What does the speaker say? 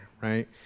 right